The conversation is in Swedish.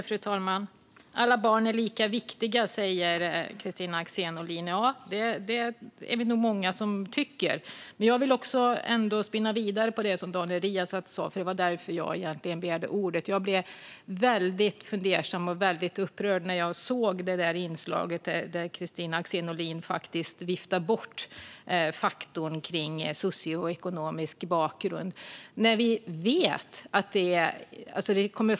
Fru talman! Alla barn är lika viktiga, säger Kristina Axén Olin. Ja, det är vi nog många som tycker. Jag vill ändå spinna vidare på det som Daniel Riazat sa. Det var därför jag begärde ordet. Jag blev mycket fundersam och upprörd när jag såg inslaget där Kristina Axén Olin viftade bort faktorn socioekonomisk bakgrund.